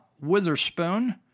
Witherspoon